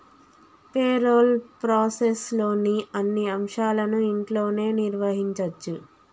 payroll ప్రాసెస్లోని అన్ని అంశాలను ఇంట్లోనే నిర్వహించచ్చు